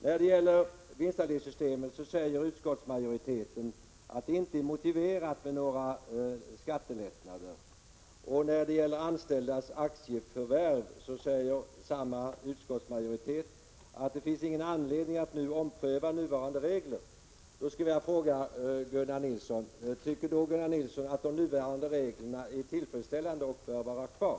När det gäller vinstandelssystemen säger utskottsmajoriteten att det inte är motiverat med några skattelättnader, och beträffande anställdas aktieförvärv säger samma utskottsmajoritet att det finns ingen anledning att nu ompröva nuvarande regler. Då skulle jag vilja fråga Gunnar Nilsson: Tycker Gunnar Nilsson att de nuvarande reglerna är tillfredsställande och bör vara kvar?